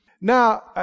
Now